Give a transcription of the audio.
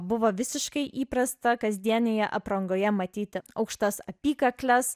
buvo visiškai įprasta kasdienėje aprangoje matyti aukštas apykakles